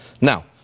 Now